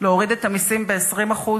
להוריד את המסים ב-20%?